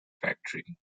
factory